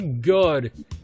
good